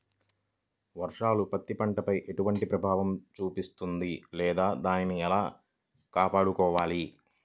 వర్షాలు పత్తి పంటపై ఎలాంటి ప్రభావం చూపిస్తుంద లేదా దానిని ఎలా కాపాడుకోవాలి?